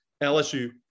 LSU